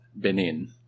Benin